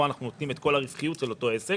פה אנחנו נותנים את כל הרווחיות של אותו עסק